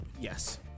Yes